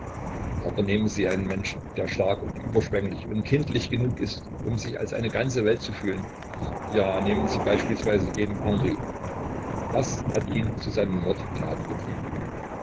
aber nehmen sie einen menschen der stark und überschwenglich und kindlich genug ist um sich als eine ganze welt zu fühlen ja nehmen sie beispielsweise jenen henry was hat ihn zu seinen mordtaten getrieben